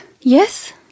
Yes